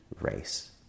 race